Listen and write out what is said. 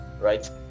right